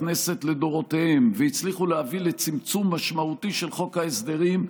הכנסת לדורותיהם והצליחו להביא לצמצום משמעותי של חוק ההסדרים,